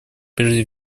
прежде